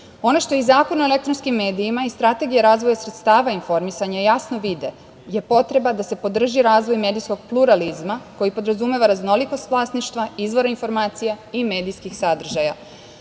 što i Zakona o elektronskim medijima i strategija razvoja sredstava informisanja jasno vide je potreba da se podrži razvoj medijskog pluralizma, koji podrazumeva raznolikost vlasništva, izvor informacija i medijskih sadržaja.U